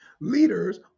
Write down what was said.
Leaders